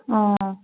ꯑꯣ